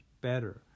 better